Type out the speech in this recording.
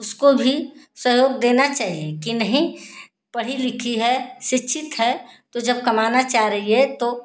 उसको भी सहयोग देना चाहिए कि नहीं पढ़ी लिखी है शिक्षित है तो जब कमाना चाह रही है तो